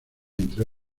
entre